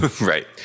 Right